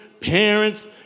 parents